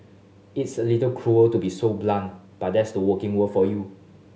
it's a little cruel to be so blunt but that's the working world for you